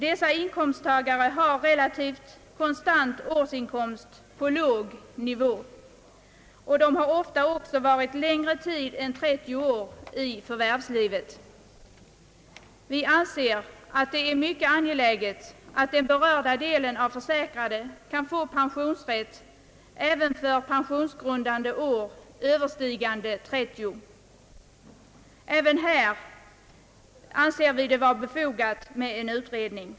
Dessa inkomsttagare har relativt konstant årsinkomst på låg nivå. De har ofta också varit betydligt längre tid än 30 år i förvärvslivet. Vi anser det vara mycket angeläget att den berörda gruppen av försäkrade kan få pensionsrätt även för pensionsgrundande år överstigande 30. Även i denna fråga anser vi det vara befogat med en utredning.